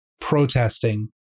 protesting